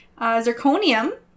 Zirconium